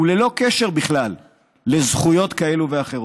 וללא קשר בכלל לזכויות כאלה ואחרות.